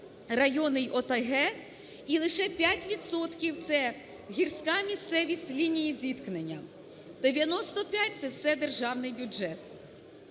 райони й ОТГ і лише 5 відсотків – це гірська місцевість лінії зіткнення; 95 – це все державний бюджет.